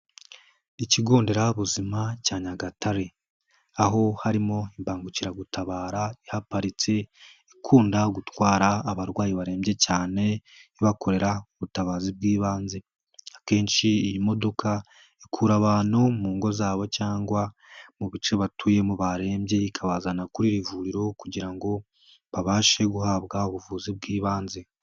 ikigonderabuzima cya Nyagatare aho harimo imbangukiragutabara ihaparitse ikunda gutwara abarwayi barembye cyane, ibakorera ubutabazi bw'ibanze. Akenshi iyi modoka ikura abantu mu ngo zabo cyangwa mu bice batuyemo barembye ikabazana kuri iri vuriro kugira ngo babashe guhabwa ubuvuzi bw'ibanze.